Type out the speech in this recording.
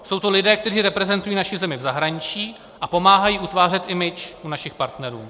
Jsou to lidé, kteří reprezentují naši zemi v zahraničí a pomáhají utvářet image u našich partnerů.